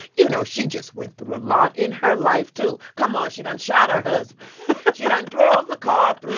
you know, she just went through a lot in her life, too. come on. she done shot her husband ah she done drove the car